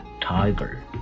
Tiger